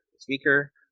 speaker